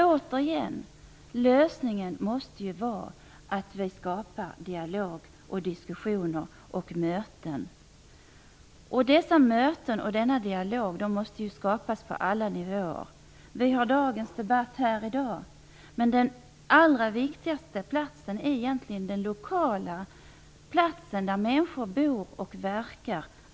Återigen: Lösningen måste vara att vi skapar dialog, diskussioner och möten. Dessa möten och denna dialog måste skapas på alla nivåer. Vi har debatten här i kammaren i dag. Men den allra viktigaste platsen är på den lokala orten där människor bor och verkar.